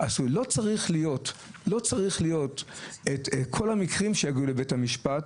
לא צריך שכל המקרים יגיעו לבית המשפט,